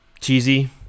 cheesy